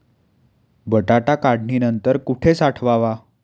बटाटा काढणी नंतर कुठे साठवावा?